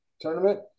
tournament